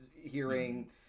hearing